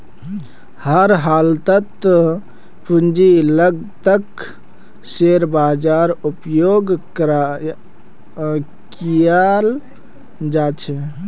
हर हालतत पूंजीर लागतक शेयर बाजारत उपयोग कियाल जा छे